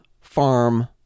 farm